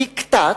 דיקטט,